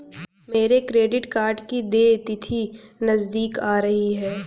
मेरे credit card की देय तिथि नज़दीक आ रही है